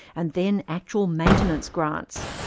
and then actual maintenance grants.